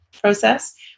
process